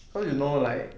cause you know like